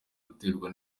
guterwa